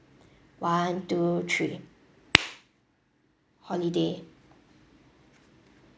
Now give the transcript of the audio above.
one two three holiday